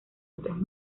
otros